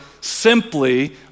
simply